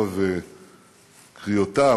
מרוחב קריאותיו,